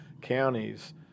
counties